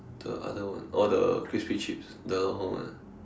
the other one oh the crispy chips the lao hong [one] ah